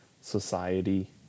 society